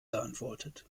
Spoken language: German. geantwortet